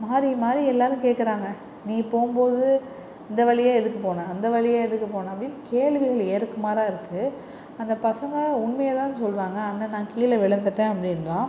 மாறி மாறி எல்லாரும் கேட்குறாங்க நீ போகும் போது இந்த வழியாக எதுக்கு போன அந்த வழியாக எதுக்கு போன அப்படினு கேள்விகள் ஏறுக்கு மாறாக இருக்கு அந்த பசங்க உண்மையை தான் சொல்லுறாங்க அண்ணன் நான் கீழே விழுந்துவிட்டேன் அப்படின்றான்